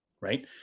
right